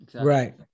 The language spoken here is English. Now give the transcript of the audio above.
right